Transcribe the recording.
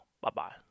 Bye-bye